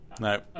No